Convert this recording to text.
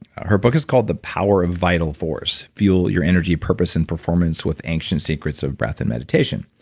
her book is called the power of vital force fuel your energy, purpose and performance with ancient secrets of breath and meditation.